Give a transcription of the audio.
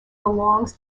belongs